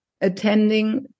attending